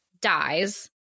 dies